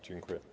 Dziękuję.